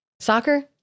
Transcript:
Soccer